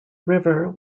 river